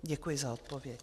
Děkuji za odpověď.